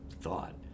thought